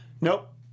Nope